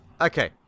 Okay